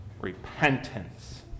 repentance